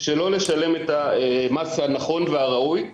שלא לשלם את המס הנכון והראוי,